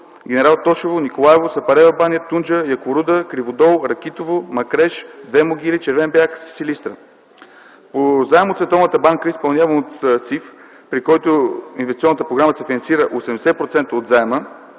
Генерал Тошево, Николаево, Сапарева баня, Тунджа, Якоруда, Криводол, Ракитово, Макреш, Две могили, Червен бряг и Силистра. По заем от Световната банка, изпълняван от СИФ, при който инвестиционната програма се финансира 80% от заема